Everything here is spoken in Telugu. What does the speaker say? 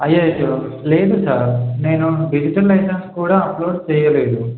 అయ్యో సార్ లేదు సార్ నేను డిజిటల్ లైసెన్స్ కూడా అప్లోడ్ చేయలేదు